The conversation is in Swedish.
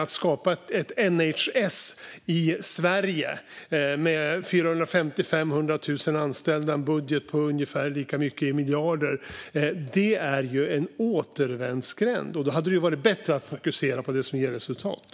Att skapa ett NHS i Sverige med 455 000 anställda och en budget på ungefär lika mycket i miljarder är en återvändsgränd. Det hade varit bättre att fokusera på det som ger resultat.